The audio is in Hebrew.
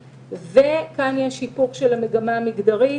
כאן יש היפוך של המגמה המגדרית